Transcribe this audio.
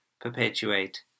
perpetuate